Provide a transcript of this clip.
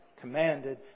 commanded